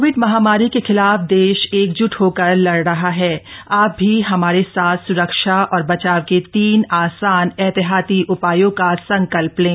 Covid महामारी के खिलाफ देश एकज़्ट होकर लड़ रहा हथ आप भी हमारे साथ सुरक्षा और बचाव के तीन आसान एहतियाती उपायों का संकल्प लें